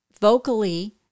vocally